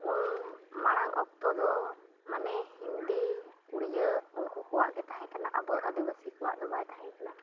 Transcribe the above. ᱩᱱ ᱢᱟᱲᱟᱝ ᱚᱠᱛᱚᱫᱚ ᱢᱟᱱᱮ ᱦᱤᱱᱫᱤ ᱩᱲᱤᱭᱟᱹ ᱩᱱᱠᱚ ᱠᱚᱣᱟᱜ ᱜᱮ ᱛᱟᱦᱮᱸᱠᱟᱱᱟ ᱟᱵᱚ ᱟᱫᱤᱵᱟᱥᱤ ᱠᱚᱣᱟᱜᱫᱚ ᱵᱟᱭ ᱛᱟᱦᱮᱸᱠᱟᱱᱟ